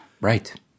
right